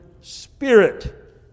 spirit